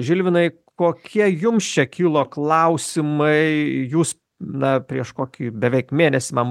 žilvinai kokie jums čia kilo klausimai jūs na prieš kokį beveik mėnesį man